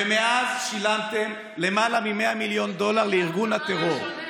ומאז שילמתם למעלה מ-100 מיליון דולר לארגון הטרור,